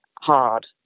hard